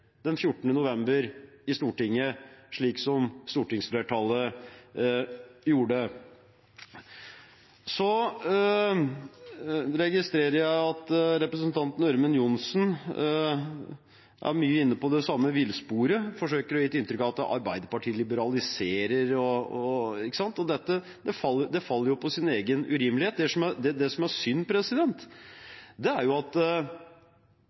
14. november i Stortinget, slik stortingsflertallet gjorde. Jeg registrerer at representanten Ørmen Johnsen er mye inne på det samme villsporet og forsøker å gi et inntrykk av at Arbeiderpartiet liberaliserer, osv. Det faller på sin egen urimelighet. Det som er synd, er at «det anstendige Høyre», som det en gang het, er i ferd med å forsvinne fordi Høyre har funnet det